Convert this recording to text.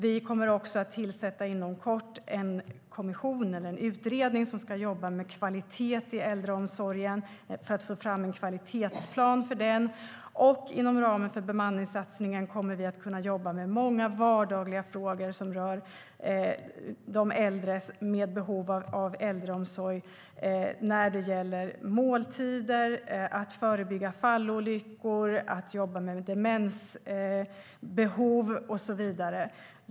Vi kommer också inom kort att tillsätta en kommission eller en utredning som ska jobba med kvalitet i äldreomsorgen för att få fram en kvalitetsplan för den. Inom ramen för bemanningssatsningen kommer vi att kunna jobba med många vardagliga frågor som rör äldre med behov av äldreomsorg när det gäller måltider, att förebygga fallolyckor, att jobba med demensbehov och så vidare.